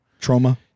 Trauma